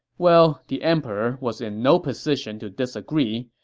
well, the emperor was in no position to disagree,